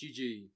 GG